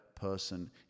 person